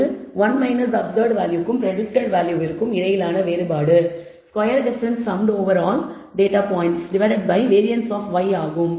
இது வெறும் 1 அப்சர்வ் வேல்யூவிற்கும் பிரடிக்டட் வேல்யூ விற்கும் இடையிலான வேறுபாடு square difference summed over all data points divided by variance of y ஆகும்